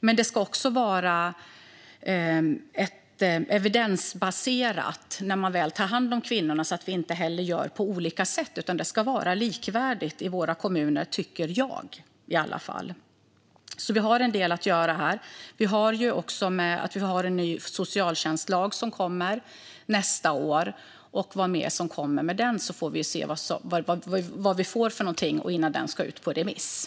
Men det ska också vara evidensbaserat när man väl tar hand om kvinnorna så att vi inte gör på olika sätt. Det ska vara likvärdigt i våra kommuner, tycker i alla fall jag. Vi har alltså en del att göra här. Vi har också en ny socialtjänstlag som kommer nästa år och innan dess ska ut på remiss. Vi får se vad som kommer med den.